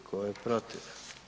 Tko je protiv?